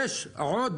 יש עוד